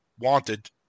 wanted